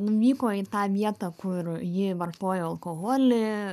nuvyko į tą vietą kur ji vartojo alkoholį